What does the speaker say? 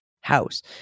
house